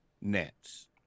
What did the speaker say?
Nets